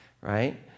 right